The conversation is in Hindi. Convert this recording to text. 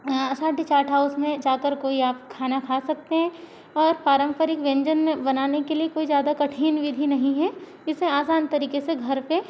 असाठी चाट हाउस में जाकर कोई आप खाना खा सकते हैं और पारम्परिक व्यंजन बनाने के लिए कोई ज़्यादा कठिन विधि नहीं है इसे आसान तरीके से घर पे